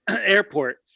airport